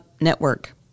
Network